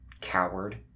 Coward